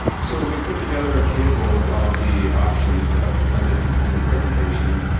so we put together a table with all the options presented in the presentation.